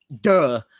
duh